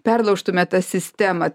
perlaužtume tą sistemą